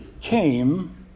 came